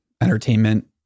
entertainment